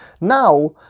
now